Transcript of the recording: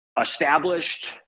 established